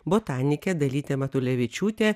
botanikė dalytė matulevičiūtė